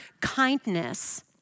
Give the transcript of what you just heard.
kindness